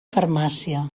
farmàcia